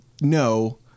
no